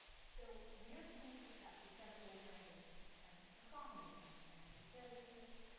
so, we are seeing success with several organizations and across industries, financial surervices,